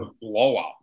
blowout